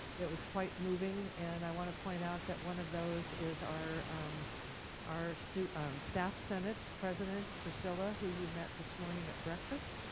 it was quite moving, and i wanna point out that one of those is our our staff staff senate president priscilla who you met this morning at breakfast.